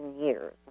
years